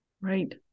Right